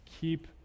Keep